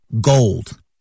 Gold